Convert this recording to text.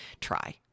try